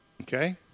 Okay